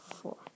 four